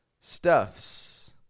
stuffs